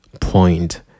point